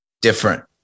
different